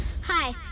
Hi